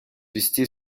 вести